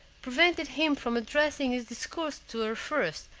prevented him from addressing his discourse to her first,